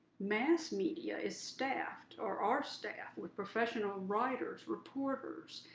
mass media is staffed, or are staffed, with professional writers, reporters,